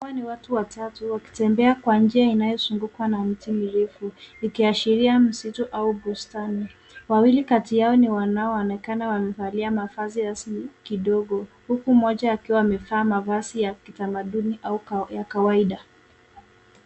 Hawa ni watu watatu wakitembea kwa njia inayozungukwa na miti mirefu ikiashiria msitu au bustani. Wawili kati yao ni wanaoonekana wamevalia mavazi rasmi kidogo huku mmoja akiwa amevaa mavazi ya kitamaduni au ya kawaida.